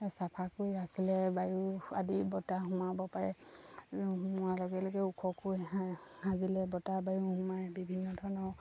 চাফা কৰি ৰাখিলে বায়ু আদি বতাহ সোমাব পাৰে সোমোৱাৰ লগে লগে ওখকৈ সাজিলে বতাহ বায়ু সোমায় বিভিন্ন ধৰণৰ